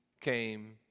came